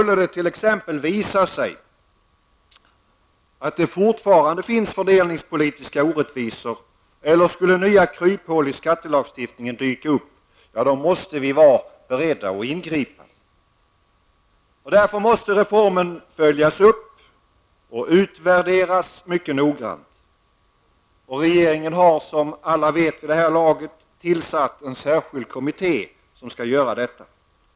Om det t.ex. skulle visa sig att det fortfarande finns fördelningspolitiska orättvisor eller om nya kryphål i skattelagstiftningen skulle dyka upp, ja, då måste vi vara beredda att ingripa. Därför måste reformen följas upp och utvärderas mycket noggrant. Regeringen har, som alla vid det här laget vet, tillsatt en särskild kommitté som skall göra detta.